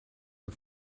der